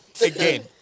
again